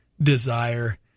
desire